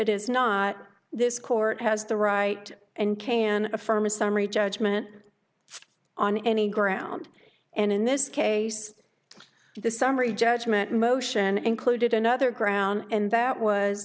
it is not this court has the right and can affirm a summary judgment on any ground and in this case the summary judgment motion included another ground and that was